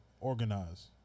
organize